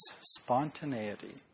spontaneity